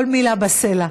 כל מילה בסלע,